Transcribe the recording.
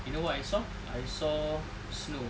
you know what I saw I saw snow